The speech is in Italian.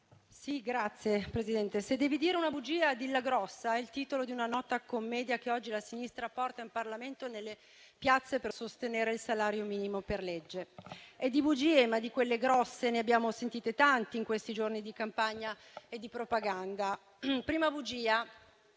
Signor Presidente, «Se devi dire una bugia dilla grossa» è il titolo di una nota commedia che oggi la sinistra porta in Parlamento e nelle piazze per sostenere il salario minimo per legge. Di bugie, ma di quelle grosse, ne abbiamo sentite tante in questi giorni di campagna e di propaganda. Prima bugia: